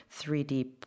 3D